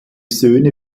söhne